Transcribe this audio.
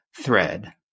thread